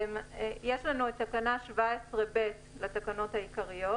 יש לנו את תקנה 17ב בתקנות העיקריות,